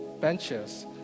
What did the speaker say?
benches